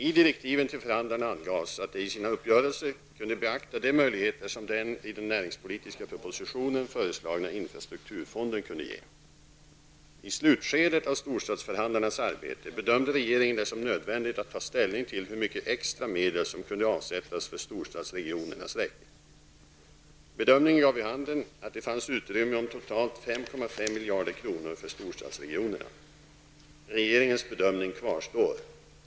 I direktiven till förhandlarna angavs att de i sina uppgörelser kunde beakta de möjligheter som den i den näringspolitiska propositionen (prop. I slutskedet av storstadsförhandlarnas arbete bedömde regeringen det som nödvändigt att ta ställning till hur mycket extra medel som kunde avsättas för storstadsregionernas räkning. Bedömningen gav vid handen att det fanns utrymme om totalt 5,5 miljarder kronor för storstadsregionerna. Regeringens bedömning kvarstår.